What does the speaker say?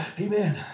amen